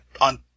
on